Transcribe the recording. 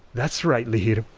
that's right, lihir,